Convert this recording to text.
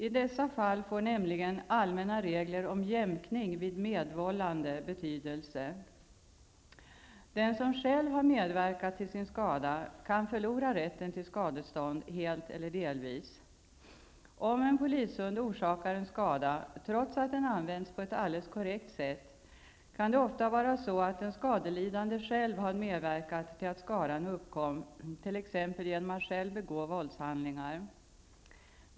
I dessa fall får nämligen allmänna regler om jämkning vid medvållande betydelse. Den som själv har medverkat till sin skada kan förlora rätten till skadestånd helt eller delvis. Om en polishund orsakar en skada trots att den använts på ett alldeles korrekt sätt, kan det ofta vara så att den skadelidande själv har medverkat till att skadan uppkom, t.ex. genom att själv begå våldshandlingar.